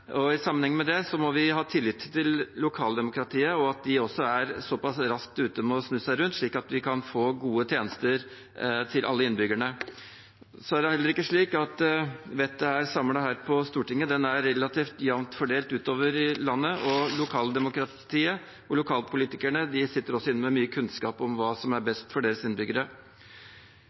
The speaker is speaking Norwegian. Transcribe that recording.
I sammenheng med det må vi ha tillit til lokaldemokratiet og at de er raskt ute med å snu seg rundt, slik at vi kan få gode tjenester til alle innbyggerne. Så er det heller ikke slik at alt vettet er samlet her på Stortinget. Det er relativt jevnt fordelt utover i landet, og lokaldemokratiet og lokalpolitikerne sitter inne med mye kunnskap om hva som er best for deres innbyggere.